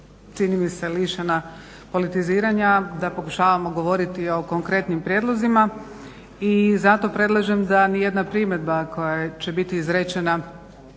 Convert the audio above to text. čini mi se lišena politiziranja, da pokušavamo govoriti o konkretnim prijedlozima. I zato predlažem da ni jedna primjedba koja će biti izrečena